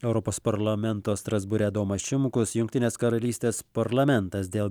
europos parlamento strasbūre adomas šimkus jungtinės karalystės parlamentas dėl